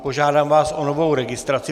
Požádám vás o novou registraci.